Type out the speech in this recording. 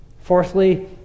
Fourthly